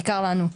בעיקר לנו.